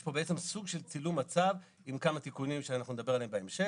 יש פה בעצם סוג של צילום מצב עם כמה תיקונים שאנחנו נדבר עליהם בהמשך.